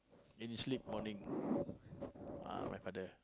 in his sleep morning ah my father